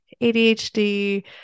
ADHD